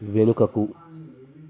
వెనుకకు